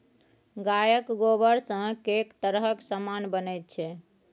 गायक गोबरसँ कैक तरहक समान बनैत छै